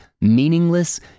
meaningless